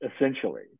essentially